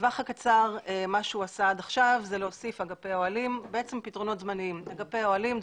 לטווח הקצר זה בעצם פתרונות זמניים: להוסיף אגפי אוהלים,